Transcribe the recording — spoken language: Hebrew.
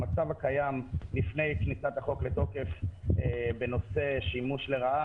המצב הקיים לפני כניסת החוק לתוקף בנושא שימוש לרעה,